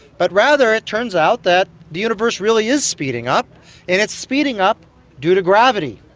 but rather it turns out that the universe really is speeding up and it's speeding up due to gravity.